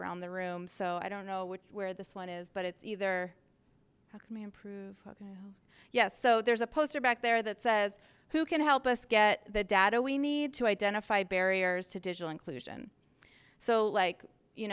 around the room so i don't know where this one is but it's either me improve ok yes so there's a poster back there that says who can help us get the data we need to identify barriers to digital inclusion so like you